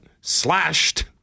slashed